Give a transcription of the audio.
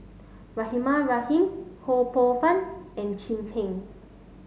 Rahimah Rahim Ho Poh Fun and Chin Peng